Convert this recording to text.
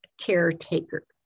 caretaker